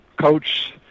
coach